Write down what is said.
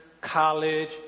college